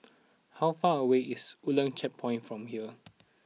how far away is Woodlands Checkpoint from here